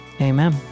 Amen